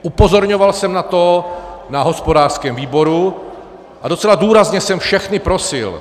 Upozorňoval jsem na to na hospodářském výboru a docela důrazně jsem všechny prosil